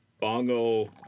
Bongo